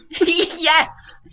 Yes